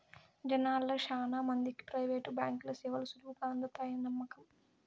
జనాల్ల శానా మందికి ప్రైవేటు బాంకీల సేవలు సులువుగా అందతాయని నమ్మకం